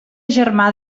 germà